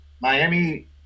Miami